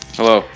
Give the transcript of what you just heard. hello